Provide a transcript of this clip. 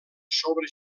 sobre